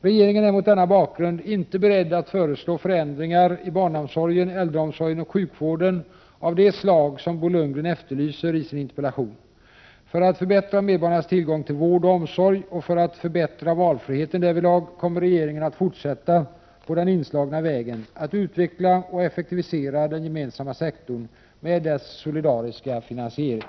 Regeringen är mot denna bakgrund inte beredd att föreslå förändringar i barnomsorgen, äldreomsorgen och sjukvården av det slag som Bo Lundgren efterlyser i sin interpellation. För att förbättra medborgarnas tillgång till vård och omsorg och för att förbättra valfriheten därvidlag kommer regeringen att fortsätta på den inslagna vägen: att utveckla och effektivisera den gemensamma sektorn med dess solidariska finansiering.